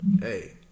Hey